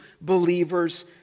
believers